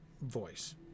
voice